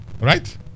Right